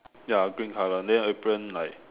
ya green color then apron like